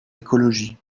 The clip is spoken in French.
écologie